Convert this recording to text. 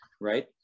right